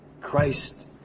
Christ